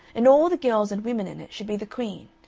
and all the girls and women in it should be the queen.